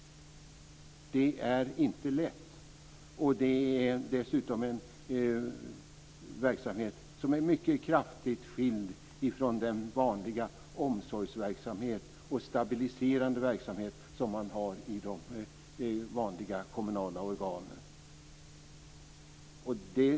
Det är inte lätt. Det är dessutom en verksamhet som är mycket kraftigt skild från den vanliga omsorgsverksamhet och stabiliserande verksamhet som man har i de vanliga kommunala organen.